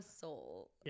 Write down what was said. soul